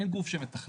אין גוף שמתכלל,